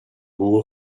wool